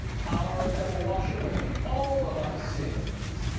power that will wash away all of my sins!